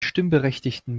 stimmberechtigten